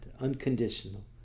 unconditional